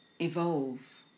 evolve